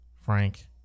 Frank